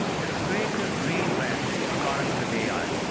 it's great to reinvent products with ai.